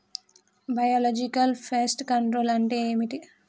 Biological pest control అంటే ఏమిటి?